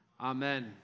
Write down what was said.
Amen